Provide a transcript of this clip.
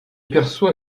perçoit